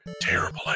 Terrible